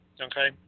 okay